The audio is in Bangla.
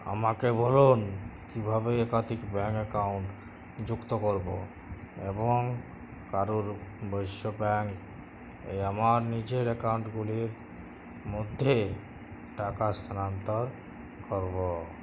আমাকে বলুন কীভাবে একাধিক ব্যাঙ্ক অ্যাকাউন্ট যুক্ত করব এবং কারুর বৈশ্য ব্যাঙ্ক এ আমার নিজের অ্যাকাউন্টগুলির মধ্যে টাকা স্থানান্তর করব